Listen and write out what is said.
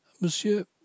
Monsieur